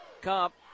cup